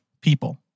people